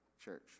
church